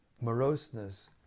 moroseness